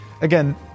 again